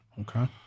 Okay